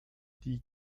die